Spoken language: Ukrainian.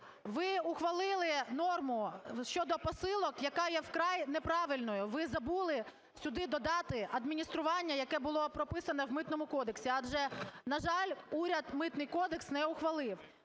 ви ухвалили норму щодо посилок, яка є вкрай неправильною. Ви забули сюди додати адміністрування, яке було прописано в Митному кодексі, адже, на жаль, уряд Митний кодекс не ухвалив.